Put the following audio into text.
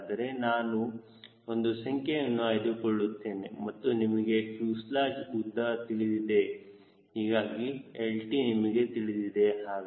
ಹಾಗಾದರೆ ನಾನು ಒಂದು ಸಂಖ್ಯೆಯನ್ನು ಆಯ್ದುಕೊಳ್ಳುತ್ತೇನೆ ಮತ್ತು ನಿಮಗೆ ಫ್ಯೂಸೆಲಾಜ್ ಉದ್ದ ತಿಳಿದಿದೆ ಹೀಗಾಗಿ lt ನಿಮಗೆ ತಿಳಿದಿದೆ